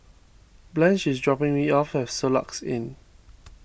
Blanch is dropping me off at Soluxe Inn